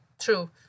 true